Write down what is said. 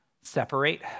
separate